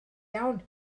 iawn